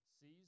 sees